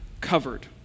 covered